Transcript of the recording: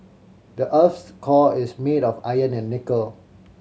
the earth's core is made of iron and nickel